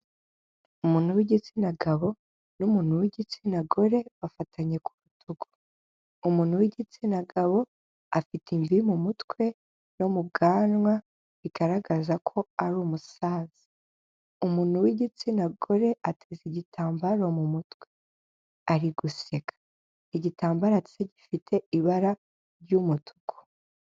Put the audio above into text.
Umuntu w'igitsina gabo n'umuntu w'igitsina gore bafatanye ku rutugu. Umuntu w'igitsina gabo afite imvi mu mutwe no mu bwanwa bigaragaza ko ari umusaza, umuntu w'igitsina gore ateze igitambaro mu mutwe ari guseka. Igitambaro cye gifite ibara ry'umutuku